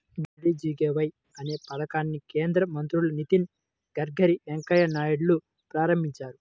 DDUGKY అనే పథకాన్ని కేంద్ర మంత్రులు నితిన్ గడ్కరీ, వెంకయ్య నాయుడులు ప్రారంభించారు